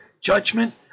judgment